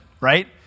right